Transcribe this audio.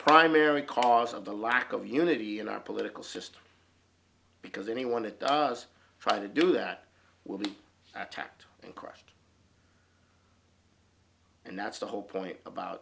primary cause of the lack of unity in our political system because anyone that does try to do that will be attacked and crushed and that's the whole point about